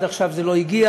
עד עכשיו זה לא הגיע.